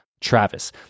Travis